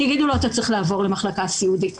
יגידו לו שהוא צריך לעבור למחלקה סיעודית.